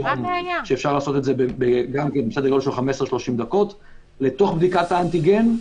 שאפשר לעשות בסדר גודל של 15 30 דקות לתוך בדיקת האנטי גן,